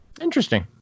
Interesting